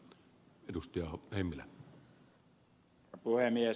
arvoisa puhemies